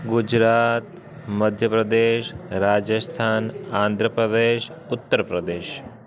Gujarat Madhya Pradesh Rajasthan Andhra Pradesh Uttar Pradesh